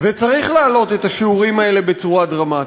וצריך להעלות את השיעורים האלה בצורה דרמטית.